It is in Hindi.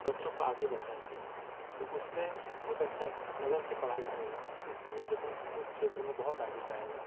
बच्चों को आगे बढ़ाएंगे तो उसमें वह बच्चा लगन से पढ़ाई करेगा उस फील्ड में उस क्षेत्र में बहुत आगे जाएगा